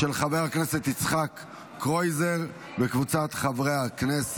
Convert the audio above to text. של חברת הכנסת שרן מרים השכל אושרה בקריאה הטרומית,